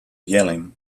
yelling